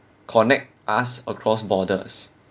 connect us across borders